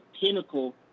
pinnacle